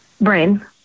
Brain